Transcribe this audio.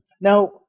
Now